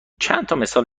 چندتامثال